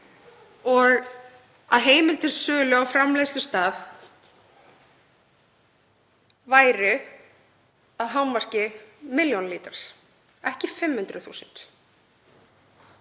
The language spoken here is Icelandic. að heimild til sölu á framleiðslustað væri að hámarki milljón lítrar, ekki 500.000.